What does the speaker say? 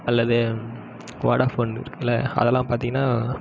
அல்லது ஓடாஃபோன் இருக்கில அதெலாம் பார்த்தீங்கனா